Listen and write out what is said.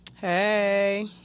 Hey